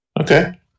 Okay